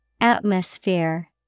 Atmosphere